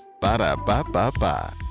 Ba-da-ba-ba-ba